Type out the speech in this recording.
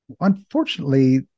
Unfortunately